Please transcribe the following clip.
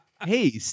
Hey